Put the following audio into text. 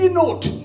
note